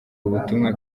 ubutumwa